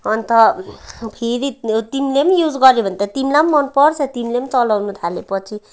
अन्त फेरि तिमीले पनि युज गऱ्यो भने त तिमीलाई पनि मनपर्छ तिमीले पनि चलाउनु थालेपछि